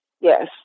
Yes